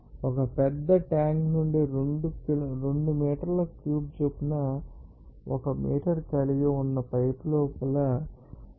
ఒక పెద్ద ట్యాంక్ నుండి 2 మీటర్ క్యూబ్ చొప్పున ఒక మీటర్ కలిగిన పైపు లోపల 0